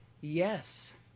yes